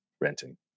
renting